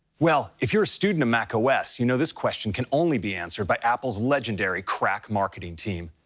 well, if you're a student of macos, you know this question can only be answered by apple's legendary crack marketing team.